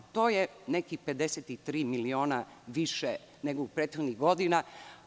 To je neki 53 miliona više nego u prethodnim godinama.